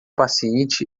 paciente